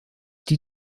die